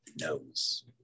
knows